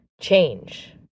Change